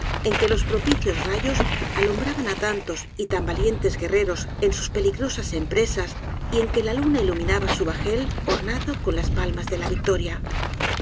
en que los propicios rayos alumbraban á tantos y tan valientes guerreros en sus peligrosas empresas y en que la luna iluminaba su bajel ornado con las palmas de la victoria